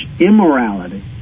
immorality